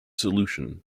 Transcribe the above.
solution